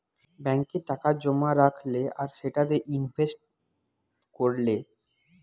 ব্যাংকে টাকা জোমা রাখলে আর সেটা দিয়ে ইনভেস্ট কোরলে